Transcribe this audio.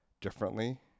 differently